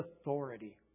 authority